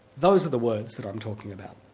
those are the words that i'm talking about.